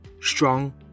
Strong